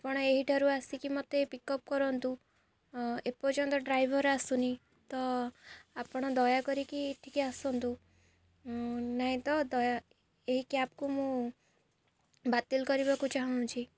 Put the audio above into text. ଆପଣ ଏଇଠାରୁ ଆସିକି ମତେ ପିକଅପ୍ କରନ୍ତୁ ଏପର୍ଯ୍ୟନ୍ତ ଡ୍ରାଇଭର ଆସୁନି ତ ଆପଣ ଦୟାକରିକି ଟିକେ ଆସନ୍ତୁ ନାଇଁ ତ ଦୟା ଏହି କ୍ୟାବକୁ ମୁଁ ବାତିଲ କରିବାକୁ ଚାହୁଁଛି